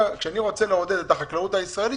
כשאני רוצה לעודד את החקלאות הישראלית